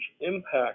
impact